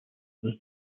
was